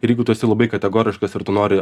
ir jeigu tu esi labai kategoriškas ir tu nori